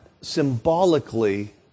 symbolically